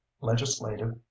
legislative